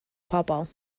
pobl